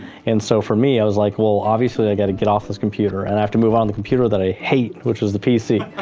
and so for me, i was like, well, obviously i gotta get off this computer and i have to move onto um the computer that i hate, which was the pc.